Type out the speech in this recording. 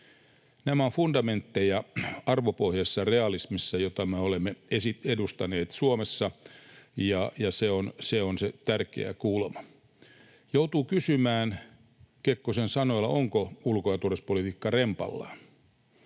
Nämä ovat fundamentteja arvopohjaisessa realismissa, jota me olemme edustaneet Suomessa, ja se on se tärkeä kulma. Joutuu kysymään Kekkosen sanoilla, ovatko ulko- ja turvallisuuspolitiikka rempallaan.